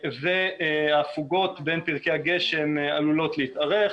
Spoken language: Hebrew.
וההפוגות בין פרקי הגשם עלולות להתארך,